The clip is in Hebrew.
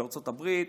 בארצות הברית,